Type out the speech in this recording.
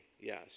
yes